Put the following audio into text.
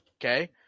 Okay